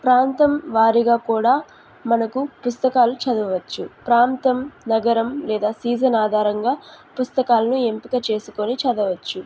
ప్రాంతం వారిగా కూడా మనకు పుస్తకాలు చదవచ్చు ప్రాంతం నగరం లేదా సీజన్ ఆధారంగా పుస్తకాలను ఎంపిక చేసుకుని చదవచ్చు